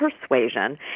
persuasion